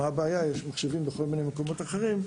מה הבעיה כי יש מחשבים בכל מיני מקומות אחרים?